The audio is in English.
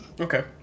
Okay